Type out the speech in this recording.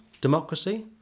Democracy